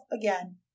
again